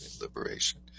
liberation